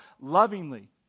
lovingly